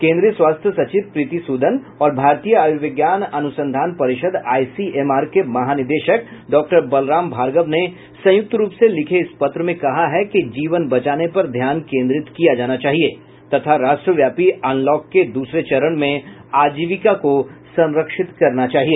केन्द्रीय स्वास्थ्य सचिव प्रीति सूदन और भारतीय आयुर्विज्ञान अनुसंधान परिषद आई सी एम आर के महानिदेशक डॉक्टर बलराम भार्गव ने संयुक्त रूप से लिखे इस पत्र में कहा है कि जीवन बचाने पर ध्यान केन्द्रित किया जाना चाहिए तथा राष्ट्रव्यापी अनलॉक के दूसरे चरण में आजीविका को संरक्षित करना चाहिए